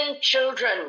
children